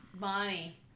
Bonnie